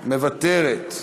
מוותרת.